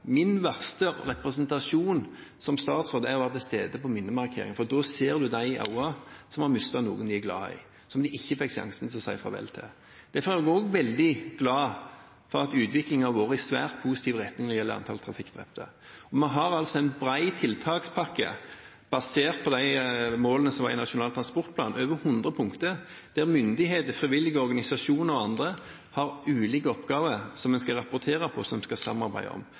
Min verste representasjon som statsråd er å være til stede på minnemarkering, for da ser en dem i øynene som har mistet noen de er glad i, som de ikke fikk sjansen til å si farvel til. Derfor er jeg også veldig glad for at utviklingen går i svært positiv retning når det gjelder antall trafikkdrepte. Vi har en bred tiltakspakke, basert på de målene som var i Nasjonal transportplan – over 100 punkter – der myndigheter, frivillige organisasjoner og andre har ulike oppgaver som en skal rapportere om, som en skal samarbeide om.